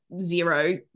zero